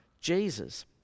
Jesus